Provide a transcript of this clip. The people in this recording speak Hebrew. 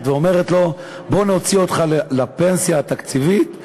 ואומרת לו: בוא נוציא אותך לפנסיה התקציבית,